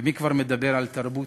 ומי כבר מדבר על תרבות?